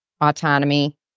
autonomy